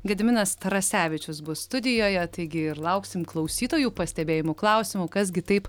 gediminas tarasevičius bus studijoje taigi ir lauksim klausytojų pastebėjimų klausimų kas gi taip